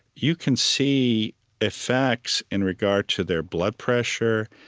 you can see effects in regard to their blood pressure,